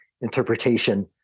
interpretation